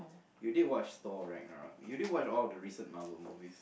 you did Thor-Ragnarok you did watch all the recent Marvel movies